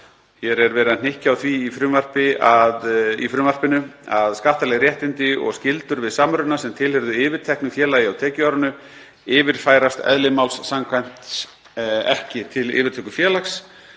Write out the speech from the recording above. er verið að hnykkja á því að skattaleg réttindi og skyldur við samruna, sem tilheyrðu yfirteknu félagi á tekjuárinu, yfirfærast eðli máls samkvæmt ekki til yfirtökufélags